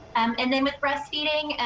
um and then with breastfeeding,